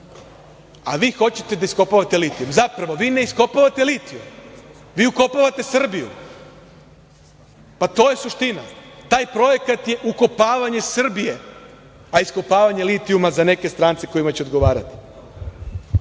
a vi hoćete da iskopate litijum. Zapravo vi ne iskopavate litijum, vi ukopavate Srbiju. Pa to je suština. Taj projekat je ukopavanje Srbije, a iskopavanje litijuma za neke strance kojima će odgovarati.